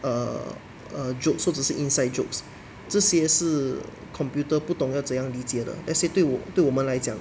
err jokes 或则是 inside jokes 这些是 computer 不懂得怎样理解的 let's say 对我我们来讲